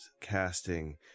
casting